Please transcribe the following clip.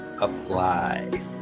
apply